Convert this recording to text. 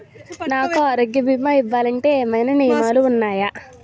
నాకు ఆరోగ్య భీమా ఇవ్వాలంటే ఏమైనా నియమాలు వున్నాయా?